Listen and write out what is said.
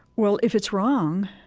well, if it's wrong,